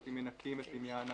זאת אומרת אם מנכים את עניין